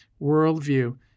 worldview